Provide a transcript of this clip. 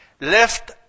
left